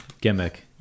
gimmick